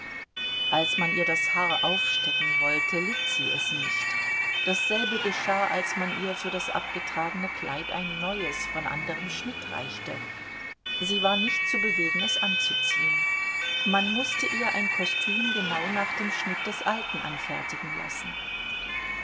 alls man ihr das haar aufstecken wollte litt sie es nicht dasselbe geschah als man ihr für das abgetragene kleid ein neues von anderem schnitt reichte sie war nicht zu bewegen es anzuziehen man mußte ihr ein kostüm genau nach dem schnitt des alten anfertigen lassen